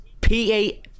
p-a